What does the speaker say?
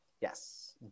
Yes